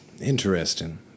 Interesting